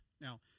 Now